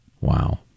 Wow